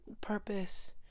purpose